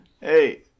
Hey